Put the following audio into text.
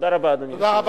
תודה רבה, אדוני היושב-ראש.